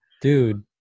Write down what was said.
Dude